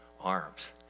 arms